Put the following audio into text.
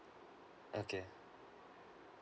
okay